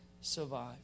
survive